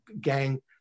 gang